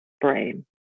brain